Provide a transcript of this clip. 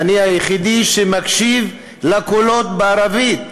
ואני היחידי שמקשיב לקולות בערבית.